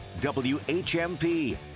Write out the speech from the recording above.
WHMP